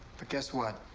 but guess what.